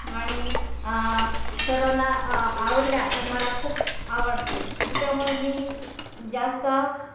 आणि सर्वांना आवडल्या तर मला खूप आवडते त्याच्यामुळे मी जास्त